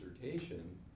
dissertation